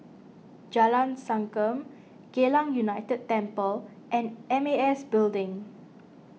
Jalan Sankam Geylang United Temple and M A S Building